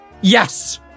Yes